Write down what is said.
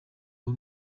w’u